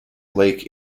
lake